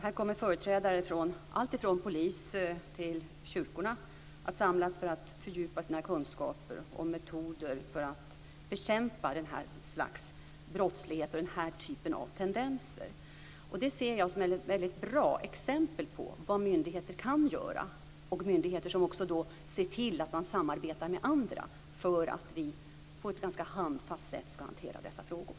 Här kommer företrädare för alltifrån polis till kyrkor att samlas för att fördjupa sina kunskaper om metoder för att bekämpa detta slags brottslighet och denna typ av tendenser. Det ser jag som ett väldigt bra exempel på vad myndigheter kan göra, och myndigheter som ser till att samarbeta med andra, för att vi på ett handfast sätt ska hantera dessa frågor.